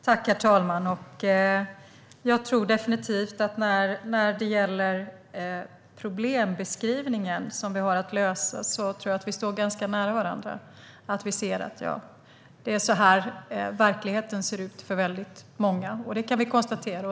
Herr talman! Jag tror definitivt att när det gäller beskrivningen av de problem som vi har att lösa står vi ganska nära varandra. Vi ser att det är så här verkligheten ser ut för väldigt många. Detta kan vi konstatera.